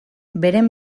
beren